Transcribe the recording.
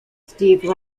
steve